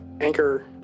anchor